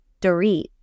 Dorit